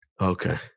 Okay